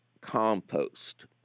compost